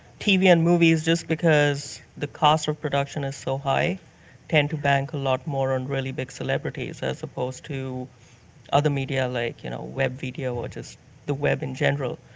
tv and movies just because the cost for production is so high tend to bank a lot more on really big celebrities as opposed to other media like you know web video or just the web in general.